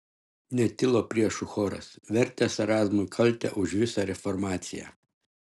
netilo priešų choras vertęs erazmui kaltę už visą reformaciją